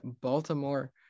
Baltimore